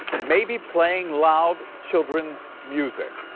maybe playing loud children's music.